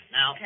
Now